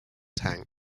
tank